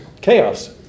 chaos